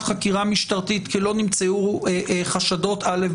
חקירה משטרתית כי לא נמצאו חשדות א',